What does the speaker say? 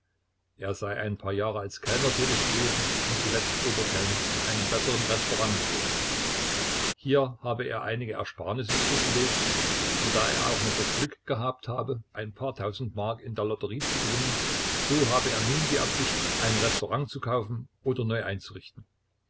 er sei ein paar jahre als kellner tätig gewesen und zuletzt oberkellner in einem besseren restaurant gewesen hier habe er einige ersparnisse zurückgelegt und da er auch noch das glück gehabt habe ein paar tausend mark in der lotterie zu gewinnen so habe er nun die absicht ein restaurant zu kaufen oder neu einzurichten